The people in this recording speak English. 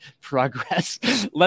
progress